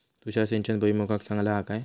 तुषार सिंचन भुईमुगाक चांगला हा काय?